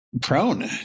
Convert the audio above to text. prone